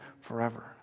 forever